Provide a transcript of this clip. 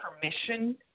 permission